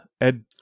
Ed